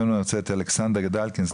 קודם אני רוצה את אלכסנדר דלקין,